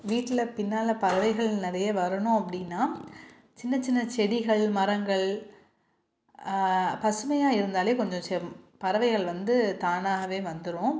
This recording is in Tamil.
வீட்டில் பின்னால் பறவைகள் நிறையா வரணும் அப்படின்னா சின்ன சின்ன செடிகள் மரங்கள் பசுமையாக இருந்தாலே கொஞ்சம் செம் பறவைகள் வந்து தானாகவே வந்துடும்